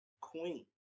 Queen